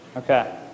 Okay